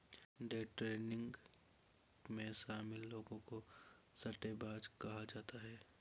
day trading में शामिल लोगों को सट्टेबाज कहा जाता है